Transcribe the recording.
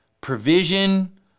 provision